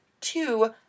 two